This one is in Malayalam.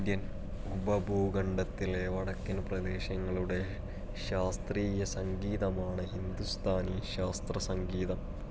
ഇന്ത്യൻ ഉപഭൂഖണ്ഡത്തിലെ വടക്കൻ പ്രദേശങ്ങളുടെ ശാസ്ത്രീയസംഗീതമാണ് ഹിന്ദുസ്ഥാനി ശാസ്ത്രസംഗീതം